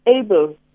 able